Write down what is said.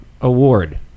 Award